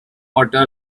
water